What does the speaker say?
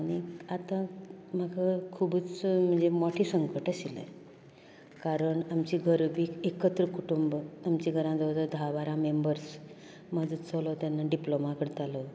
आनीक आता म्हाका खूबच म्हणजे मोठे संकट आशिल्ले कारण आमची घरां बी एकत्र कुटूंब आमची घरांत जवळ जवळ धा बारा मेंम्बर्स म्हजो चलो डिप्लोमा करतालो